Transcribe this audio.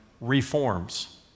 reforms